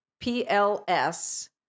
pls